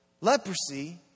Leprosy